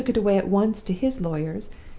he took it away at once to his lawyers,